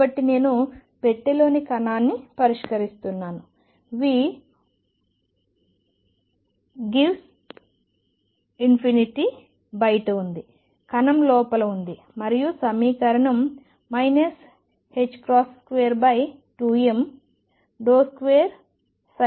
కాబట్టి నేను పెట్టెలోని కణాన్ని పరిష్కరిస్తున్నాను V→∞ బయట ఉంది కణం లోపల ఉంది మరియు సమీకరణం 22md2dx2VψEψ